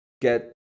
get